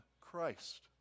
Christ